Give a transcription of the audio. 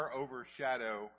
overshadow